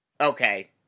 Okay